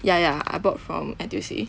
ya ya I bought from N_T_U_C